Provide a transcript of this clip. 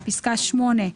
בפסקה (8)